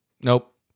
Nope